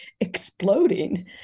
exploding